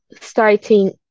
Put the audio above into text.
starting